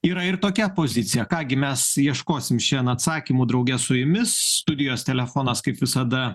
yra ir tokia pozicija ką gi mes ieškosim šian atsakymų drauge su jumis studijos telefonas kaip visada